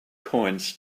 coins